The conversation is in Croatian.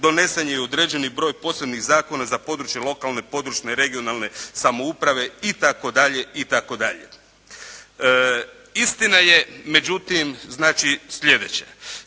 Donesen je i određeni broj posebnih zakona za područje lokalne, područne i regionalne samouprave i tako dalje i tako dalje.